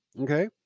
Okay